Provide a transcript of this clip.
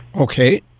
Okay